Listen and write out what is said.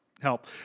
help